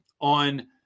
on